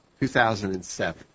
2007